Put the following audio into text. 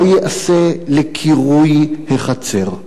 מה ייעשה לקירוי החצר?